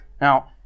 Now